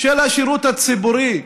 של השירות הציבורי?